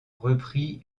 repris